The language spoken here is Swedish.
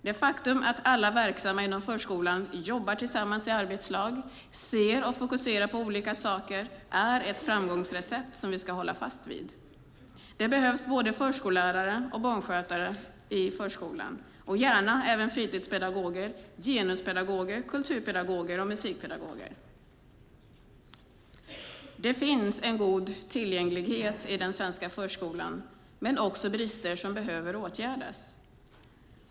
Det faktum att alla verksamma inom förskolan jobbar tillsammans i arbetslag, ser och fokuserar på olika saker är ett framgångsrecept som vi ska hålla fast vid. Det behövs både förskollärare och barnskötare i förskolan, gärna även fritidspedagoger, genuspedagoger, kulturpedagoger och musikpedagoger. Det finns en god tillgänglighet i den svenska förskolan men också brister som behöver åtgärdas.